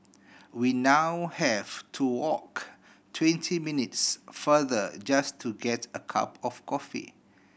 we now have to walk twenty minutes farther just to get a cup of coffee